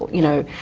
you know.